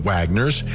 Wagners